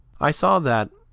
i saw that,